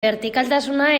bertikaltasuna